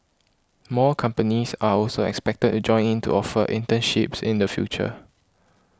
more companies are also expected to join in to offer internships in the future